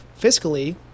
fiscally